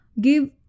Give